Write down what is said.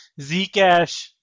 Zcash